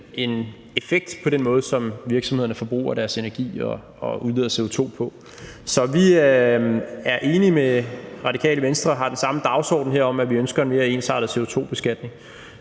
en effekt på den måde, som virksomhederne forbruger deres energi og udnytter CO2 på. Så vi er enige med Radikale Venstre og har den samme dagsorden her om, at vi ønsker mere ensartet CO2-beskatning,